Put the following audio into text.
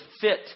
fit